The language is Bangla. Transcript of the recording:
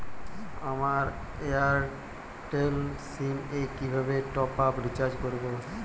আমার এয়ারটেল সিম এ কিভাবে টপ আপ রিচার্জ করবো?